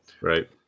Right